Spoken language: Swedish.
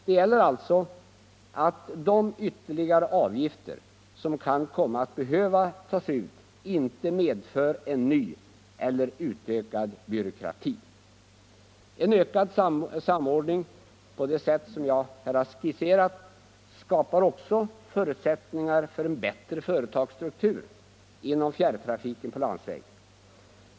Det gäller också att se till att de ytterligare avgifter som kan komma att behöva tas ut inte medför en ny eller utökad byråkrati. En ökad samordning på det sätt jag skisserat skapar också förutsättningar för en bättre företagsstruktur inom fjärrtrafiken på landsväg.